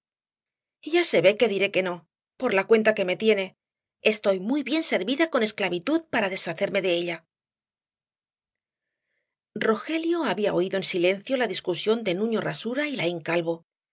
ya se ve que diré que no por la cuenta que me tiene estoy muy bien servida con esclavitud para deshacerme de ella rogelio había oído en silencio la discusión de nuño rasura y laín calvo